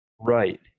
Right